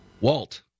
Walt